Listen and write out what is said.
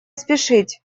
спешить